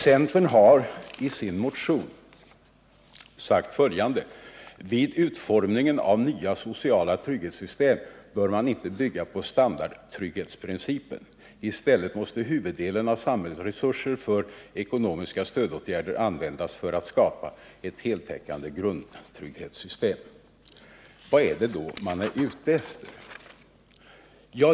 Centern har i sin motion sagt följande: ”Vid utformningen av nya sociala trygghetssystem bör man inte bygga på standardtrygghetsprincipen. I stället måste huvuddelen av samhällets resurser för ekonomiska stödåtgärder användas för att skapa ett heltäckande grundtrygghetssystem.” Vad är det då man är ute efter?